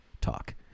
talk